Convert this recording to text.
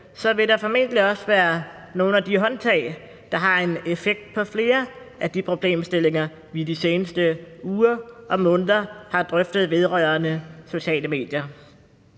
– vil der formentlig også være nogle af de håndtag, der har en effekt på flere af de problemstillinger, vi i de seneste uger og måneder har drøftet vedrørende sociale medier.